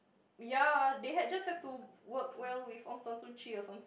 ya they had just have to work well with Aung-San-Suu-Kyi or some